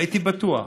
הייתי בטוח.